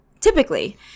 typically